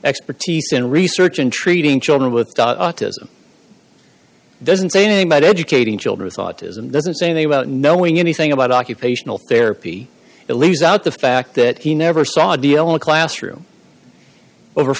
expertise in research in treating children with autism doesn't say anything about educating children with autism doesn't say about knowing anything about occupational therapy it leaves out the fact that he never saw d l in a classroom over